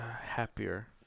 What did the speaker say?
happier